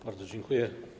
Bardzo dziękuję.